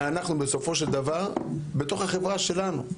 ואנחנו בסופו של דבר, בתוך החברה שלנו.